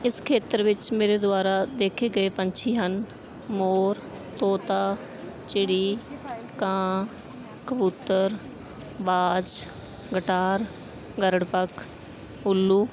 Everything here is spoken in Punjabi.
ਇਸ ਖੇਤਰ ਵਿੱਚ ਮੇਰੇ ਦੁਆਰਾ ਦੇਖੇ ਗਏ ਪੰਛੀ ਹਨ ਮੋਰ ਤੋਤਾ ਚਿੜੀ ਕਾਂ ਕਬੂਤਰ ਬਾਜ ਗਟਾਰ ਗਰੜ ਪੱਖ ਉੱਲੂ